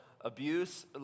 abuse